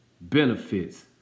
benefits